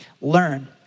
learn